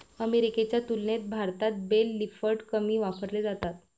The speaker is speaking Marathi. अमेरिकेच्या तुलनेत भारतात बेल लिफ्टर्स कमी वापरले जातात